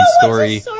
story